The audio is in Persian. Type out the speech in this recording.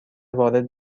وارد